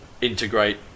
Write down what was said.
integrate